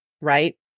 right